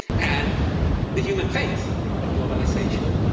and the human faith of globalization,